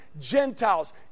Gentiles